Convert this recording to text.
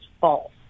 false